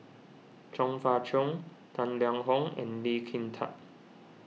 Chong Fah Cheong Tang Liang Hong and Lee Kin Tat